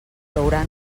plourà